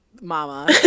mama